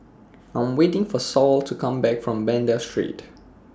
I Am waiting For Saul to Come Back from Banda Street